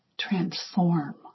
transform